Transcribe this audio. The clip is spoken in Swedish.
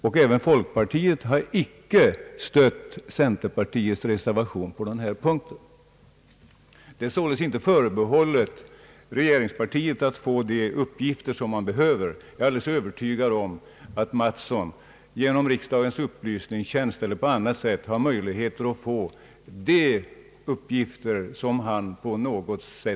Inte heller folkpartiet har stött centerpartiets reservation på denna punkt.